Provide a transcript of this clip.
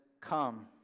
come